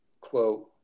quote